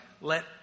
Let